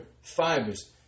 fibers